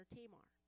Tamar